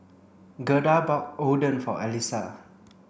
Gerda bought Oden for Allyssa